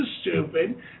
stupid